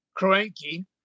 Kroenke